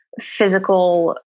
physical